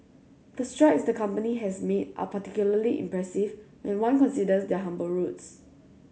the strides the company has made are particularly impressive when one considers their humble roots